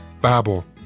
Babel